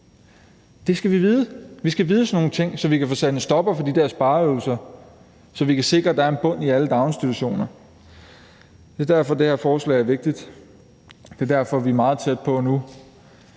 Det skal vi vide. Vi skal vide sådan nogle ting, så vi kan få sat en stopper for de der spareøvelser, så vi kan sikre, at der er en bund i alle daginstitutioner. Det er derfor, det her forslag vigtigt, og det er derfor, vi nu er meget tæt på at